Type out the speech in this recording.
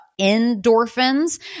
endorphins